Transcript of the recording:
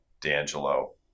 D'Angelo